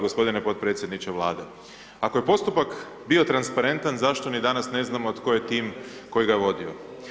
Gospodine potpredsjedniče Vlade, ako je postupak bio transparentan zašto ni danas ne znamo tko je tim koji ga je vodio.